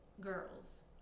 girls